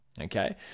okay